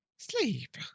sleep